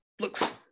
looks